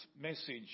message